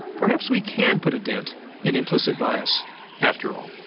perhaps we can put a dent in implicit bias after all.